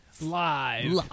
Live